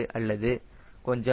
7 அல்லது கொஞ்சம் அதிகம்